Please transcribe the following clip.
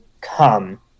come